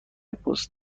پست